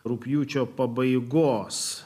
rugpjūčio pabaigos